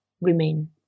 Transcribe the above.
remain